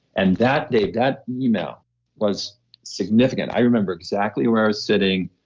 and that day, that email was significant. i remember exactly where i was sitting,